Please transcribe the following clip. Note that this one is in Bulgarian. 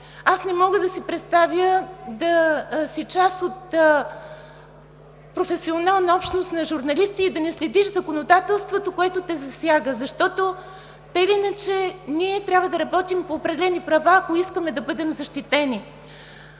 Не мога да си представя да си част от професионалната общност на журналистите и да не следиш законодателството, което те засяга, защото тъй или иначе ние трябва да работим по определени права, ако искаме да бъдем защитени.